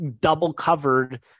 double-covered